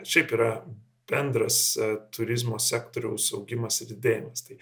šiaip yra bendras turizmo sektoriaus augimas ir didėjimas tai